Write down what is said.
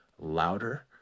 louder